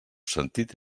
sentit